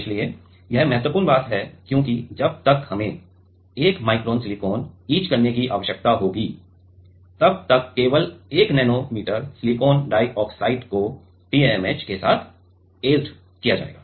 इसलिए यह बहुत महत्वपूर्ण है क्योंकि जब तक हमें 1 माइक्रोन सिलिकॉन इच करने की आवश्यकता होती है तब तक केवल 1 नैनोमीटर सिलिकॉन डाइऑक्साइड को TMAH के साथ ऐचेड जाएगा